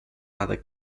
other